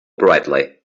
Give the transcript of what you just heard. brightly